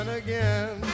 again